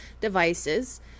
devices